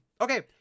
Okay